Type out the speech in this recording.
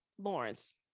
Lawrence